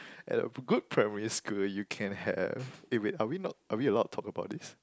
at a good primary school you can have eh wait are we not are we allowed talk about this